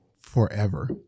forever